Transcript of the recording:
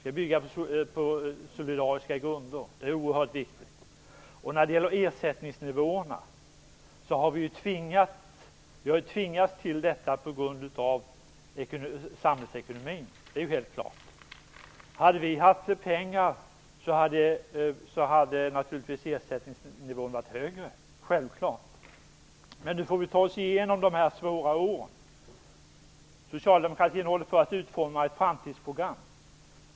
Välfärdssystemet skall bygga på solidaritet. Detta är oerhört viktigt. När det gäller ersättningsnivåerna har vi på grund av samhällsekonomin tvingats till åtgärderna i fråga; det är helt klart. Hade vi haft pengar skulle ersättningsnivåerna självklart ha varit högre, men nu får vi ta oss igenom de här svåra åren. Socialdemokraterna håller på att utforma ett framtidsprogram.